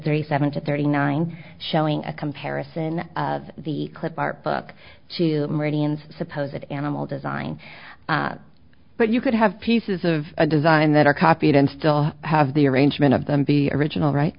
three seven to thirty nine showing a comparison of the clip art book to meridian suppose it animal design but you could have pieces of a design that are copied and still have the arrangement of them be original right